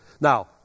Now